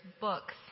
books